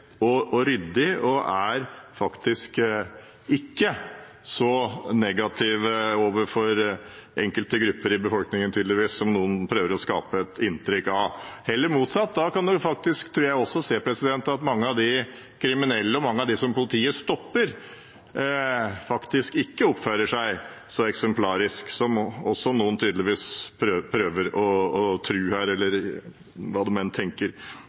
og ryddig og ikke er så negative overfor enkelte grupper i befolkningen som noen prøver å skape et inntrykk av. Eller motsatt, da tror jeg man også kan se at mange av de kriminelle og mange av dem som politiet stopper, ikke oppfører seg så eksemplarisk som noen tydeligvis prøver å tro her, eller hva de nå tenker.